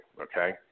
Okay